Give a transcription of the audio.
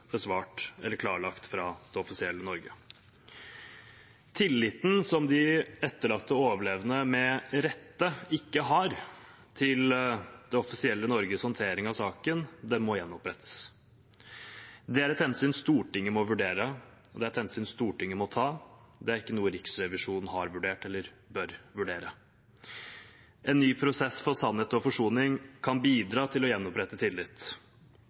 eller klarlagt fra det offisielle Norge. Tilliten som de etterlatte og overlevende med rette ikke har til det offisielle Norges håndtering av saken, må gjenopprettes. Det er et hensyn Stortinget må vurdere, og det er et hensyn Stortinget må ta. Det er ikke noe Riksrevisjonen har vurdert eller bør vurdere. En ny prosess for sannhet og forsoning kan bidra til å gjenopprette tillit,